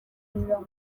mirongo